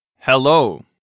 Hello